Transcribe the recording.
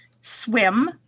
Swim